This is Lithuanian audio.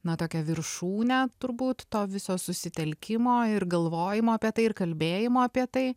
na tokią viršūnę turbūt to viso susitelkimo ir galvojimo apie tai ir kalbėjimo apie tai